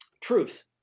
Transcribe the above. truth